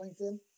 LinkedIn